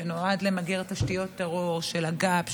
שנועד למגר תשתיות טרור של הגא"פ,